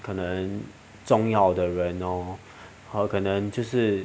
可能重要的人 lor 可能就是